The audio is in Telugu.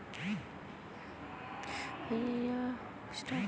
రోజూ పచ్చి బొప్పాయి తింటివా భలే అందంగా తయారైతమ్మన్నీ